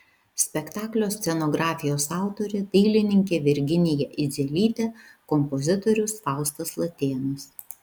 spektaklio scenografijos autorė dailininkė virginija idzelytė kompozitorius faustas latėnas